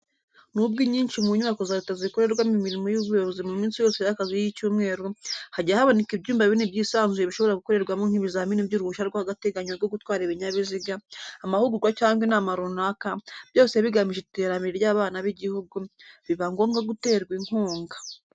Nubwo inyinshi mu nyubako za leta zikorerwamo imirimo y'ubuyobozi mu minsi yose y'akazi y'icyumweru, hajya haboneka ibyumba binini byisanzuye bishobora gukorerwamo nk'ibizamini by'uruhushya rw'agateganyo rwo gutwara ibinyabiziga, amahugurwa cyangwa inama runaka, byose bigamije iterambere ry'abana b'igihugu, biba bigomba guterwa inkunga.